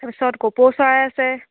তাৰ পিছত কপৌ চৰাই আছে